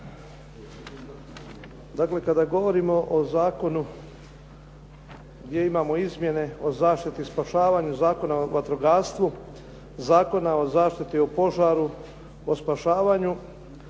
Dakle kada govorimo o zakonu gdje imamo izmjene o zaštiti i spašavanju Zakona o vatrogastvu, Zakona o zaštiti od požara, o spašavanju,